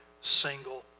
single